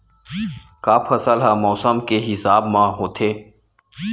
का फसल ह मौसम के हिसाब म होथे?